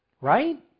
Right